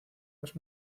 más